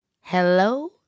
Hello